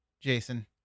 Jason